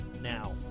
Now